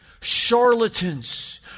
charlatans